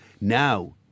Now